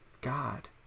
God